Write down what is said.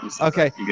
Okay